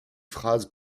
phrases